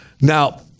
now